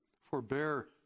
Forbear